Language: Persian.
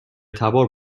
تبار